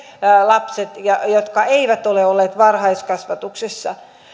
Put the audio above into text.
lapset jotka eivät ole olleet varhaiskasvatuksessa